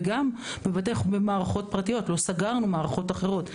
וגם במערכות פרטיות, לא סגרנו מערכות אחרות.